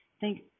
Thank